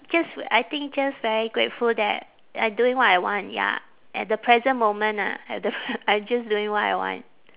just I think just very grateful that I doing what I want ya at the present moment ah at the pre~ I just doing what I want